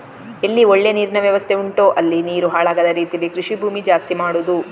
ಎಲ್ಲಿ ಒಳ್ಳೆ ನೀರಿನ ವ್ಯವಸ್ಥೆ ಉಂಟೋ ಅಲ್ಲಿ ನೀರು ಹಾಳಾಗದ ರೀತೀಲಿ ಕೃಷಿ ಭೂಮಿ ಜಾಸ್ತಿ ಮಾಡುದು